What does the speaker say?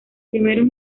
primeros